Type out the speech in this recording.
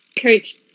Coach